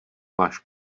máš